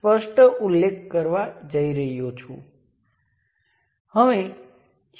current એ જ રીતે વોલ્ટેજ અથવા કરંટ લાગુ કરવા માટે તમને ઉપલબ્ધ ટર્મિનલ્સની એક જોડી સાથે સર્કિટ તે એક પોર્ટ છે